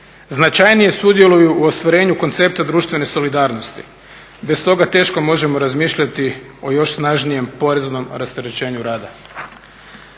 značajnije sudjeluju u ostvarenju koncepta društvene solidarnosti. Bez toga teško možemo razmišljati o još snažnijem poreznom rasterećenju rada.